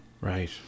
Right